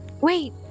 wait